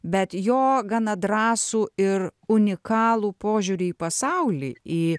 bet jo gana drąsų ir unikalų požiūrį į pasaulį į